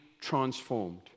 transformed